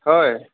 হয়